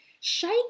shake